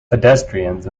pedestrians